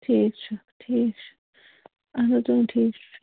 ٹھیٖک چھُ ٹھیٖک چھُ اَہَن ٹھیٖک چھُ